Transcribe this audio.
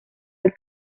del